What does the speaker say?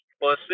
person